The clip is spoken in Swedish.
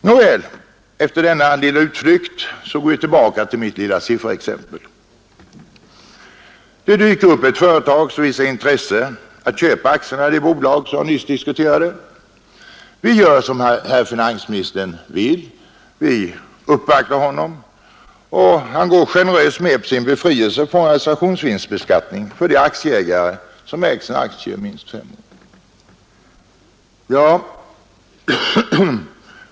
Nåväl, efter denna lilla utflykt går vi tillbaka till mitt lilla sifferexempel. Det dyker upp ett företag som visar intresse att köpa aktierna i det företag som jag nyss diskuterade. Finansministern uppvaktas, och han går generöst med på befrielse från realisationsvinstbeskattning för de aktieägare som ägt sina aktier minst fem år.